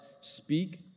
Speak